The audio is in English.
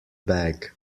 bag